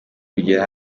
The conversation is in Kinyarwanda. kugera